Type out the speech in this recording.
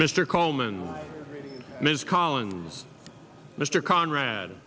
mr coleman ms collins mr conrad